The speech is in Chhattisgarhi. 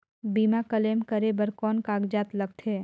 बीमा क्लेम करे बर कौन कागजात लगथे?